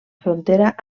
frontera